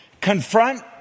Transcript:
confront